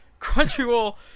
Crunchyroll